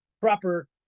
proper